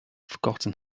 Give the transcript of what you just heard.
forgotten